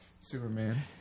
Superman